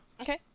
Okay